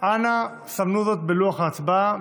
אנא סמנו זאת בלוח ההצבעה.